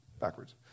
Backwards